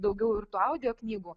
daugiau ir audio knygų